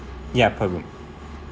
yeah per room